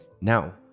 Now